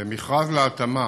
במכרז להתאמה,